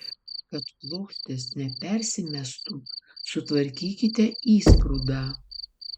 kad plokštės nepersimestų sutvarkykite įsprūdą